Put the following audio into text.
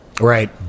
Right